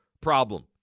problem